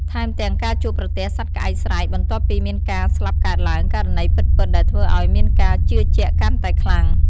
ថែមទាំងការជួបប្រទះសត្វក្អែកស្រែក បន្ទាប់ពីមានការស្លាប់កើតឡើង ករណីពិតៗដែលធ្វើឲ្យមានការជឿជាក់កាន់តែខ្លាំង។